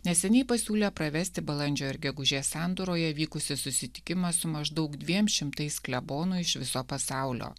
neseniai pasiūlė pravesti balandžio ir gegužės sandūroje vykusį susitikimą su maždaug dviem šimtais klebonų iš viso pasaulio